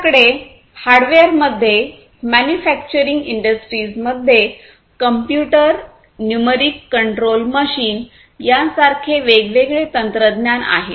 आपल्याकडे हार्डवेअरमध्ये मॅन्युफॅक्चरिंग इंडस्ट्रीजमध्ये कम्प्युटर न्युमरीक कंट्रोल मशीन यासारखे वेगवेगळे तंत्रज्ञान आहे